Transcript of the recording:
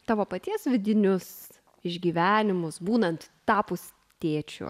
tavo paties vidinius išgyvenimus būnant tapus tėčiu